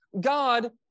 God